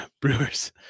Brewers